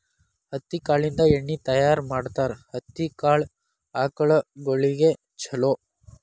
ಹತ್ತಿ ಕಾಳಿಂದ ಎಣ್ಣಿ ತಯಾರ ಮಾಡ್ತಾರ ಹತ್ತಿ ಕಾಳ ಆಕಳಗೊಳಿಗೆ ಚುಲೊ